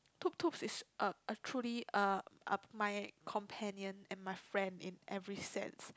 Tutu is a a truly uh uh my companion and my friend in every sense